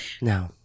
no